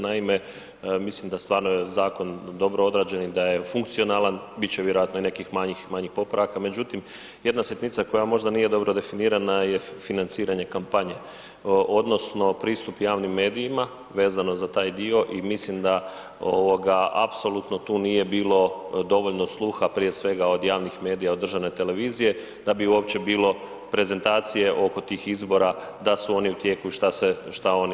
Naime, mislim da stvarno je zakon dobro odrađen i da je funkcionalan, bit će vjerojatno i nekih manjih popravaka, međutim jedna sitnica koja možda nije dobro definirana je financiranje kampanje odnosno pristup javnim medijima vezano za taj dio i mislim apsolutno tu nije bilo dovoljno sluha prije svega od javnih medija, od državne televizije da bi uopće bili prezentacije oko tih izbora da su oni u tijeku i šta oni.